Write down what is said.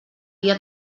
dia